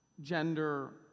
gender